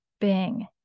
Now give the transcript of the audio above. Bing